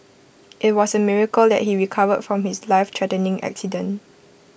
IT was A miracle that he recovered from his lifethreatening accident